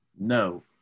No